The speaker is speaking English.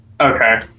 Okay